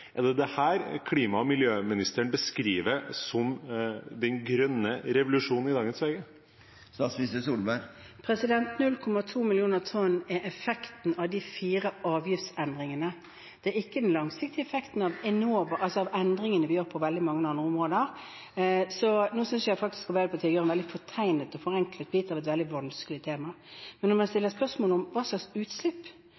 Er det dette klima- og miljøministeren beskriver som den grønne revolusjonen i dagens VG? 0,2 millioner tonn er effekten av de fire avgiftsendringene. Det er ikke den langsiktige effekten av endringene vi gjør på veldig mange andre områder. Så nå synes jeg faktisk at Arbeiderpartiet gir en veldig fortegnet og forenklet bit av et veldig vanskelig tema. Men når man